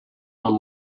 own